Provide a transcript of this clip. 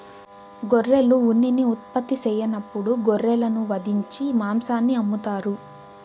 గొర్రెలు ఉన్నిని ఉత్పత్తి సెయ్యనప్పుడు గొర్రెలను వధించి మాంసాన్ని అమ్ముతారు